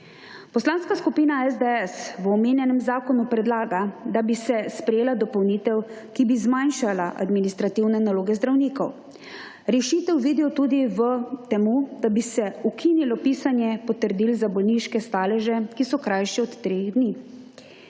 Poslanska skupina SDS v omenjenem zakonu predlaga, da bi se sprejela dopolnitev, ki bi zmanjšala administrativne naloge zdravnikov. Rešitev vidijo tudi v tem, da bi se ukinilo pisanje potrdil za bolniške staleže, ki so krajši od treh dni.